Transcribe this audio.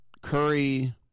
Curry